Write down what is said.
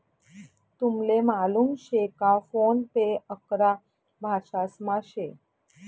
तुमले मालूम शे का फोन पे अकरा भाषांसमा शे